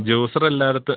ജ്യൂസറെല്ലായിടത്തും